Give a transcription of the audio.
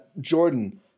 Jordan